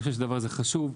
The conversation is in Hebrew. אני חושב שהדבר הזה הוא חשוב,